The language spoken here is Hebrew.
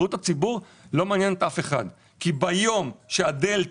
בריאות הציבור לא מעניינת אף אחד כי ביום שהדלתא